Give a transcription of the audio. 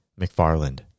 McFarland